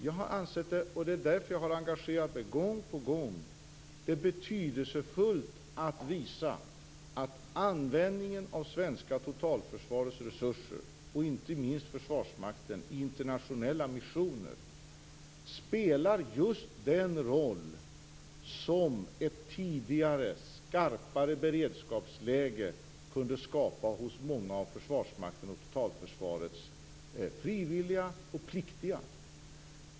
Jag har ändå ansett det betydelsefullt - och det är därför jag har engagerat mig gång på gång - att visa att användningen av det svenska totalförsvarets resurser, inte minst Försvarsmakten, i internationella missioner spelar just den roll som ett tidigare skarpare beredskapsläge kunde skapa hos många av Försvarsmaktens och totalförsvarets frivilliga och pliktiga.